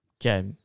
Okay